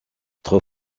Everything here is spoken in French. trop